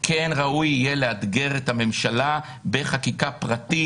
כן ראוי יהיה לאתגר את הממשלה בחקיקה פרטית.